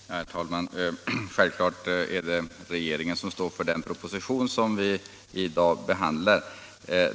Herr talman! Självklart är det regeringen som står för den proposition vi i dag behandlar.